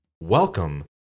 welcome